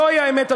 זוהי האמת,